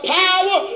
power